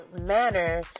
manner